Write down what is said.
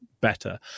better